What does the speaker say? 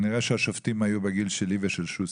כנראה שהשופטים היו בגיל שלי ושל שוסטר.